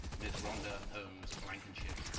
ms. rhonda holmes blankenship.